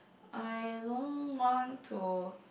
I don't want to